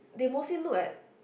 they mostly look at